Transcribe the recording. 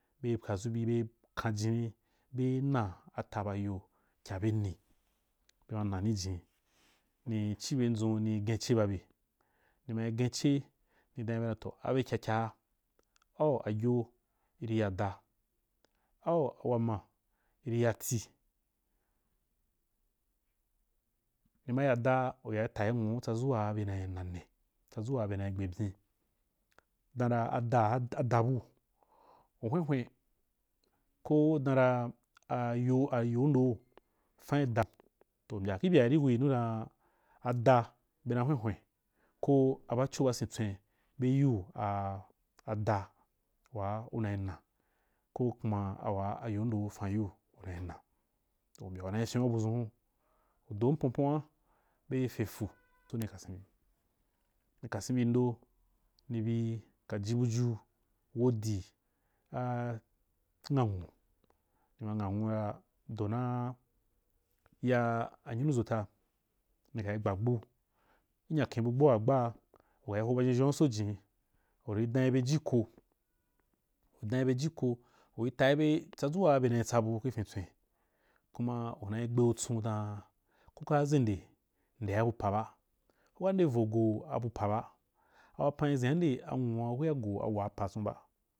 Be pwadʒu bi be kan jinni be nna ata ba ayo kyabyenni? Be ma nna nì jen ni ci bye dʒun ni gen ce ba be toh abyekya kyaa au agyo iri ya da, au wama iri ya tii nina ya da ra u ya tayi nwuu tsadʒu waa bena na ne tsadʒu waa bena gbe byen, dan ra ada aga ada buu u hwenhwen koh u danra a you, ayo ndou fan daī yui toh u mbya ki byeari kuyinu dan ada bena hwenhwen koh a baco basen tswen be yiu, ada waa u nai nna koh kuma wa̍a ayondou fan yiu u na nna toh mbya u tyen’u budʒun hun u do ponpon hunra be fe fua ni kasen bi ndo eri be ka ji buju wodi a ní nghan nwo, nima nghanwo ra do na ya anyunuʒota ní kari gbagbu gi nyaken bu agbuwagbagba ra u kari ho ba ʒhenʒhen̍u so jinnì u ri dan yi be ji koh u ri tayi be tsadʒu waa bena tsabu gi fin tswen kuma unaī gbeu tson dan ku ka ʒende dea bu apa ba, kuka nde vo go abu apa ba a wapan ri ʒen’a nde anwua kuya nde vo go awau padʒun ba.